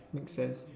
make sense